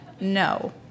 No